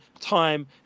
time